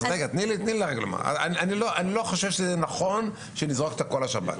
אני לא חושב שזה נכון לזרוק הכל על השב"כ.